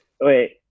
wait